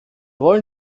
wollen